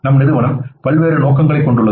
நம் நிறுவனம் பல்வேறு நோக்கங்களைக் கொண்டுள்ளது